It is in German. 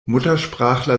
muttersprachler